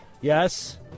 Yes